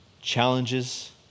challenges